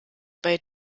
bei